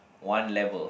one level